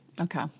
Okay